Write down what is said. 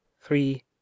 three